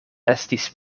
estis